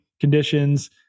conditions